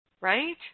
Right